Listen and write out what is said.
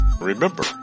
remember